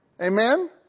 Amen